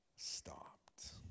stopped